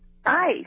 Hi